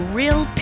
real